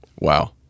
wow